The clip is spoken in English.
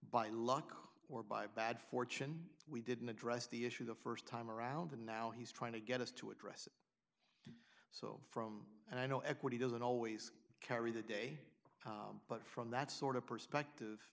unlucky or by bad fortune we didn't address the issue the st time around and now he's trying to get us to address so from and i know equity doesn't always carry the day but from that sort of perspective